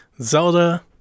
Zelda